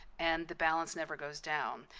and the balance never goes down.